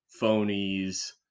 phonies